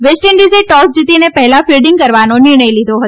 waste ઈન્ડિઝે toss જીતીને પહેલા ફિલ્ડિંગ કરવાનો નિર્ણય લીધો હતો